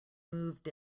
moved